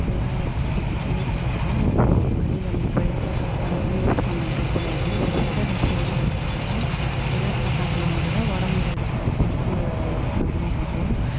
விளாட்றதுக்கு மட்டுமே காட்டணும் கையில் மொபைல் அதெல்லாம் யூஸ் பண்ண விடக்கூடாது உடனே நம்ம விளையாட்ட காட்டணும் விளையாட்ட காட்டுனால் மட்டும் தான் உடம்புல இருக்கிற கொழுப்பு கம்மி ஆகும்